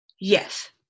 Yes